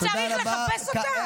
צריך לחפש אותה?